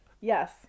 Yes